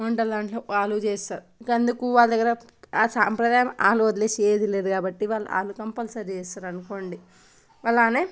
వంటల దాంట్లో ఆలూ చేస్తారు అందుకు వాళ్ళ దగ్గర ఆ సాంప్రదాయం ఆలూ వదిలేసి ఏది లేదు కాబట్టి వాళ్ళు ఆలూ కంపల్సరీ చేస్తారనుకోండి అలానే